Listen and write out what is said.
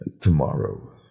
tomorrow